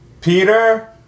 Peter